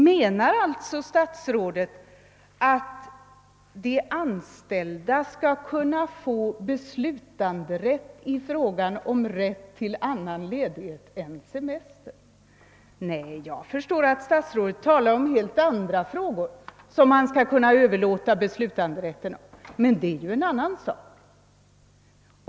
Menar alltså statsrådet Löfberg att de anställda skall kunna få själva besluta i frågan om rätt till annan ledighet än semester? Nej, jag förstår att statsrådet avser helt andra frågor, i vilka man skall kunna överlåta beslutanderätten, men det är ju en annan sak.